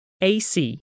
AC